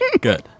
good